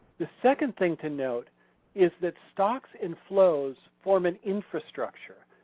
the second thing to note is that stocks and flows form an infrastructure.